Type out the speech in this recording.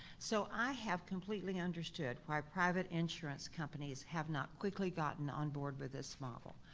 so i have completely understood why private insurance companies have not quickly gotten on board with this model.